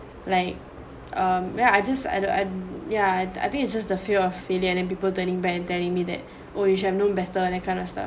like um yeah I just I I don't yeah I think it's just a fear of failure then people turning back telling me that oh you should have known better and that kind of stuff